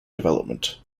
development